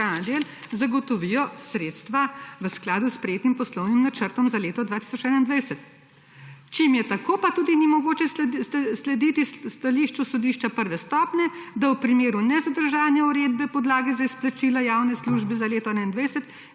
zagotovijo sredstva v skladu s prejetim poslovnim načrtom za leto 2021. Čim je tako, pa tudi ni mogoče slediti stališču sodišča 1. stopnje, da v primeru nezadržanja uredbe podlage za izplačila javne službe za leto 2021